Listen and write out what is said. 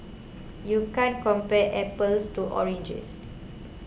you can't compare apples to oranges